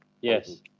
Yes